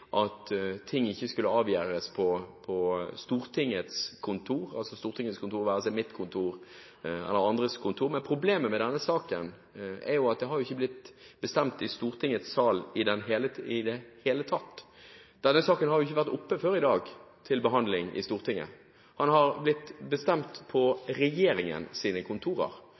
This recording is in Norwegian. at ting ikke skulle avgjøres på Stortingets kontorer, det være seg mitt kontor eller andres kontor. Men problemet med denne saken er at det ikke har blitt bestemt i stortingssalen i det hele tatt. Denne saken har ikke vært oppe til behandling i Stortinget før i dag. Den har blitt bestemt på regjeringens kontorer.